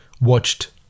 watched